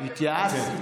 נו.